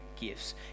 gifts